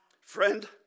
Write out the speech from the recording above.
Friend